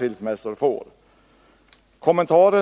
Utskottets kommentar att